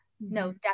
no